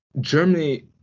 Germany